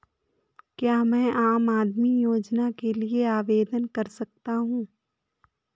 क्या मैं आम आदमी योजना के लिए आवेदन कर सकता हूँ?